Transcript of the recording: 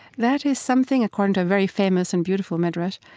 that is something, according to a very famous and beautiful midrash,